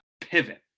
pivot